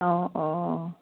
অঁ অঁ